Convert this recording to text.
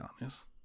honest